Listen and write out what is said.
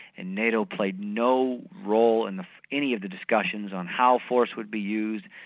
and nato played no role in any of the discussions on how force would be used,